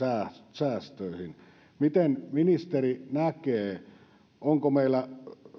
säästöihin miten ministeri näkee onko meillä